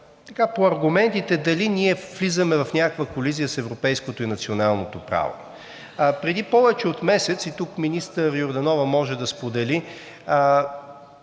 По аргументите дали ние влизаме в някаква колизия с европейското и националното право. Преди повече от месец, и тук министър Йорданова може да сподели,